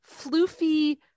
floofy